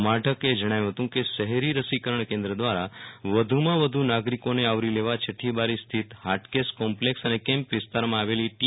માઢકે જણાવ્યું કે શહેરી રસીકરણ કેન્દ્ર દ્વારા વધુમાં વધુ નાગરિકોને આવરી લેવા છટ્ટીબારી સ્થિત હાટકેશ કોમ્પલેક્ષ અને કેમ્પ વિસ્તારમાં આવેલી ટી